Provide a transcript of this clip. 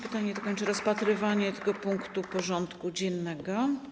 Pytanie to kończy rozpatrywanie tego punktu porządku dziennego.